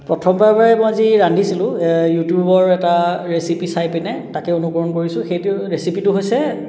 প্ৰথমবাৰৰ বাবে মই আজি ৰান্ধিছিলোঁ ইউটিউবৰ এটা ৰেচিপি চাই পিনে তাকে অনুকৰণ কৰিছোঁ সেইটো ৰেচিপিটো হৈছে